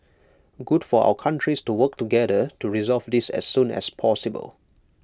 good for our countries to work together to resolve this as soon as possible